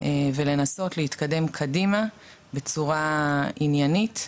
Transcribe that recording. ולנסות להתקדם קדימה בצורה עניינית.